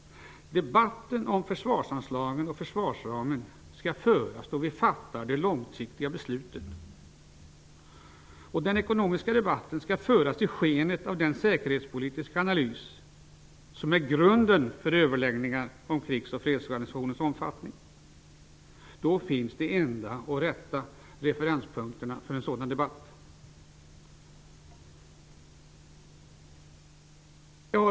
Debatten om försvarsanslagen och försvarsramen skall föras då vi fattar de långsiktiga besluten. Den ekonomiska debatten skall föras i skenet av den säkerhetspolitiska analys som är grunden för överläggningar om krigs och fredsgarnisonens omfattning. Då finns de enda rätta referenspunkterna för en sådan debatt.